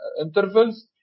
intervals